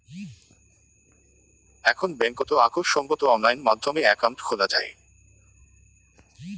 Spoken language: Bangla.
এখন বেংকত আক সঙ্গত অনলাইন মাধ্যমে একাউন্ট খোলা যাই